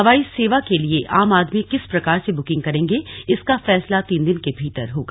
हवाई सेवा के लिये आम आदमी किस प्रकार से बुकिंग करेंगे इसका फैसला तीन दिन के भीतर होगा